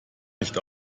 nicht